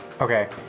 Okay